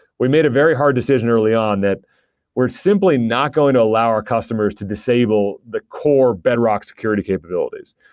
we made a very hard decision early on that we're simply not going to allow our customers to disable the core bedrock security capabilities.